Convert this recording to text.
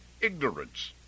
ignorance